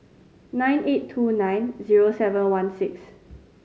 nine eight two nine zero seven one six